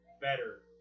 better